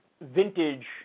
vintage